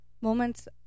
moments